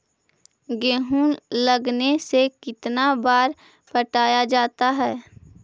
गेहूं लगने से कितना बार पटाया जाता है?